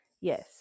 Yes